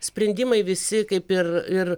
sprendimai visi kaip ir ir